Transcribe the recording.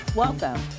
Welcome